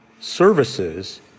services